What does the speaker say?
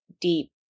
deep